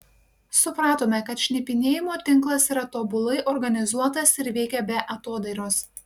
supratome kad šnipinėjimo tinklas yra tobulai organizuotas ir veikia be atodairos